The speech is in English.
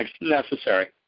necessary